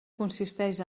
consisteix